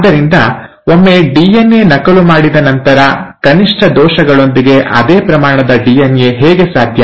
ಆದ್ದರಿಂದ ಒಮ್ಮೆ ಡಿಎನ್ಎ ನಕಲು ಮಾಡಿದ ನಂತರ ಕನಿಷ್ಠ ದೋಷಗಳೊಂದಿಗೆ ಅದೇ ಪ್ರಮಾಣದ ಡಿಎನ್ಎ ಹೇಗೆ ಸಾಧ್ಯ